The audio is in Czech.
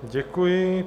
Děkuji.